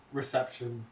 reception